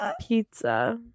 Pizza